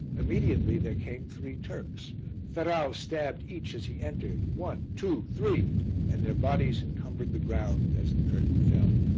immediately there came three turks ferrau stabbed each as he entered one, two, three and their bodies encumbered the ground as the curtain fell.